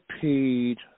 paid